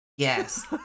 Yes